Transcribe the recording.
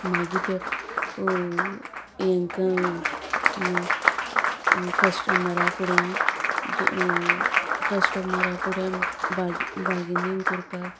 मागीर ते हांकां कस्टमरा फुड्या कस्टमरा फुडें बार्गेनींग करपाक